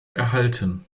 erhalten